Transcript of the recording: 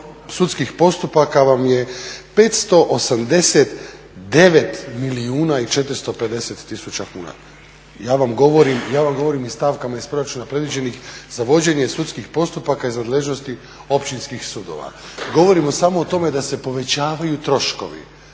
sudskih postupaka vam je 589 milijuna i 450 tisuća kuna. Ja vam govorim iz stavkama iz proračuna predviđenih za vođenje sudskih postupaka iz nadležnosti općinskih sudova. Govorimo samo o tome da se povećavaju troškovi,